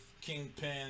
Kingpin